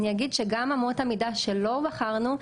אני אגיד שגם אמות המידה שלא בחרנו,